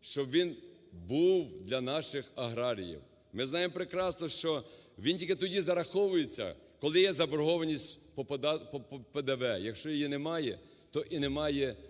щоб він був для наших аграріїв. Ми знаємо прекрасно, що він тільки тоді зараховується, коли є заборгованість по ПДВ, а якщо її немає, то і нема є сплати.